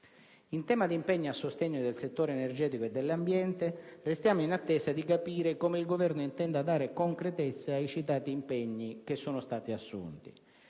In tema di impegni a sostegno del settore energetico e dell'ambiente restiamo in attesa di capire come il Governo intenda dare concretezza ai citati impegni presi.